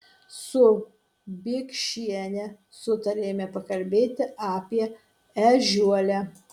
su biekšiene sutarėme pakalbėti apie ežiuolę